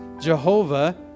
Jehovah